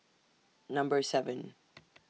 Number seven